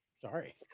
Sorry